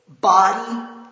body